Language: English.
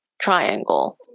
triangle